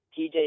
TJ